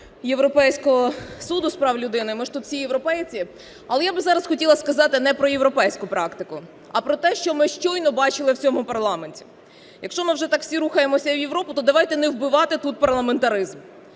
Європейського суду з прав людини, ми ж тут всі європейці. Але я би зараз хотіла сказати не про європейську практику, а про те, що ми щойно бачили в цьому парламенті. Якщо ми вже так всі рухаємося в Європу, то давайте не вбивати тут парламентаризм.